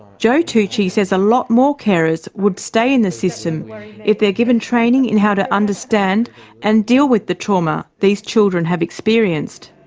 joe tucci says a lot more carers would stay in the system if they're given training in how to understand and deal with the trauma these children have experienced.